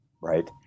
right